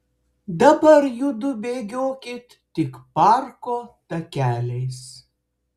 dabar judu bėgiokit tik parko takeliais